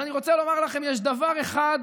אבל אני רוצה לומר לכם, יש דבר אחד